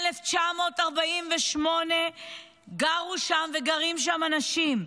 מ-1948 גרו שם וגרים שם אנשים,